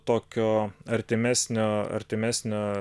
tokio artimesnio artimesnio